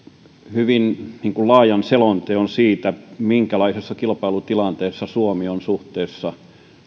hyvin laajan selonteon siitä minkälaisessa kilpailutilanteessa suomi on suhteessa